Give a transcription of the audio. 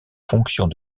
fonctions